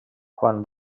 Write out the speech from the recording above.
quan